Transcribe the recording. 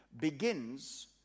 begins